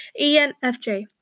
ENFJ